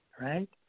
Right